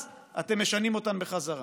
אז אתם משנים אותן בחזרה.